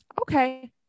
Okay